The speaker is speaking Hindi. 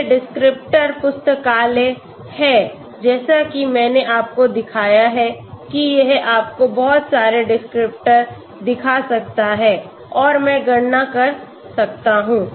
ये डिस्क्रिप्टर पुस्तकालय हैं जैसा कि मैंने आपको दिखाया है कि यह आपको बहुत सारे डिस्क्रिप्टर दिखा सकता है और मैं गणना कर सकता हूं